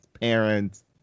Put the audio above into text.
parents